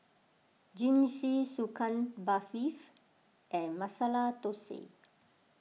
Jingisukan Barfi and Masala Dosa